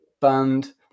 band